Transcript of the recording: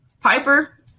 Piper